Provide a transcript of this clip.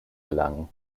gelangen